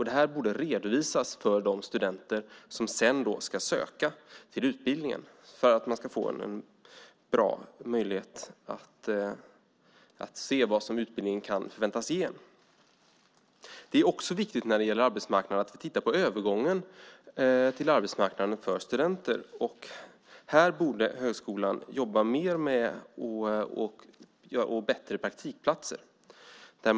Det borde redovisas för de studenter som sedan ska söka till utbildningen, så att de kan få en bra möjlighet att se vad utbildningen kan förväntas ge. Det är också viktigt när det gäller arbetsmarknaden att få titta på övergången till arbetsmarknaden för studenter. Här borde högskolan jobba mer med att få tag på bättre praktikplatser.